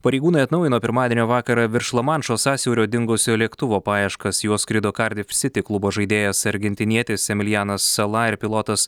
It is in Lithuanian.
pareigūnai atnaujino pirmadienio vakarą virš lamanšo sąsiaurio dingusio lėktuvo paieškas juo skrido kardifsiti klubo žaidėjas argentinietis emilijanas sala ir pilotas